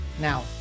Now